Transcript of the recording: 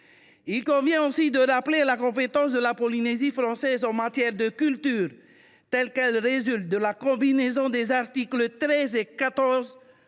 Il convient aussi de rappeler la compétence de la Polynésie en matière de culture, telle qu’elle résulte de la combinaison des articles 13 et 14